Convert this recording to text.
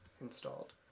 installed